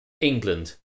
England